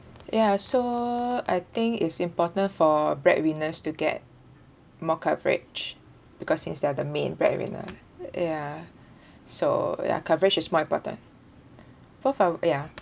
ya so I think is important for breadwinners to get more coverage because since they're the main breadwinner ya so ya coverage is more important both our ya